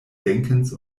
denkens